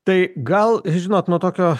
tai gal žinot nuo tokio